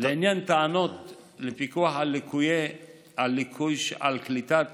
לעניין טענות לפיקוח לקוי על קליטת